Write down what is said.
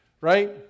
right